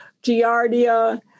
giardia